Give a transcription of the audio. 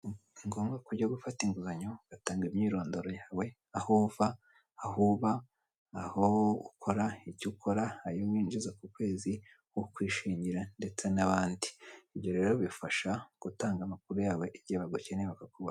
Ni ngombwa kujya gufata inguzanyo ugatanga imyirondoro yawe, aho uva, aho uba, aho ukora, icyo ukora, ayo winjiza ku kwezi k'ukwezi, ukwishingira ndetse n'abandi. Ibyo rero bifasha gutanga amakuru yawe igihe bagukeneye bakakubona.